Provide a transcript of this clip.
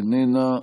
איננה.